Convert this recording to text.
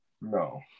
No